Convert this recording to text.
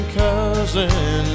cousin